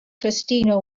christina